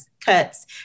cuts